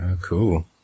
Cool